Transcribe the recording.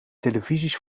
televisies